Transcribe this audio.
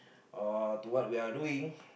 or to what we are doing